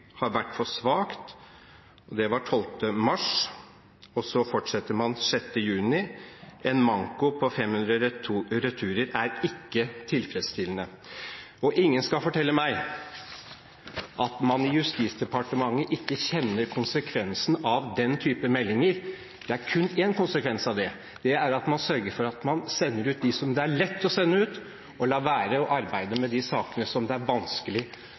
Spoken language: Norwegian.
Det var 12. mars. Så fortsetter man 6. juni med at en manko på 500 returer, ikke er tilfredsstillende. Ingen skal fortelle meg at man i Justisdepartementet ikke kjenner konsekvensen av den typen meldinger. Det er kun én konsekvens, det er at man sørger for å sende ut dem det er lett å sende ut, og lar være å arbeide med de sakene som det er vanskelig